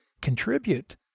Contribute